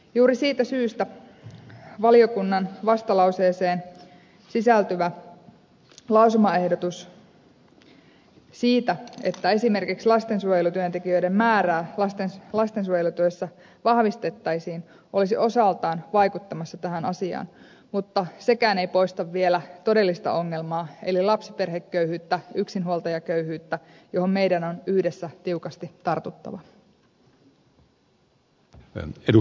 juuri siitä syystä valiokunnan mietintöön jätettyyn vastalauseeseen sisältyvä lausumaehdotus siitä että esimerkiksi lastensuojelutyöntekijöiden määrää lastensuojelutyössä vahvistettaisiin olisi osaltaan vaikuttamassa tähän asiaan mutta sekään ei poista vielä todellista ongelmaa eli lapsiperheköyhyyttä yksinhuoltajaköyhyyttä johon meidän on yhdessä tiukasti tartuttava